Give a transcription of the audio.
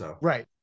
Right